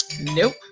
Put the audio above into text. Nope